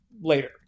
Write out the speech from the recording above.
later